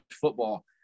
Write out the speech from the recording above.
football